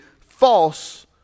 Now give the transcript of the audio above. false